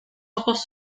ojos